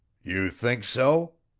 you think so?